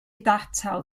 atal